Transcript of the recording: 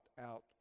out